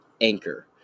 Anchor